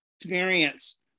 experience